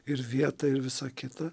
ir vietą ir visa kita